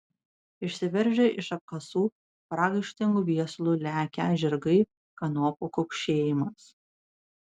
išsiveržę iš apkasų pragaištingu viesulu lekią žirgai kanopų kaukšėjimas